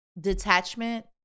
detachment